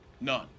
None